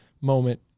moment